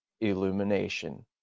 Illumination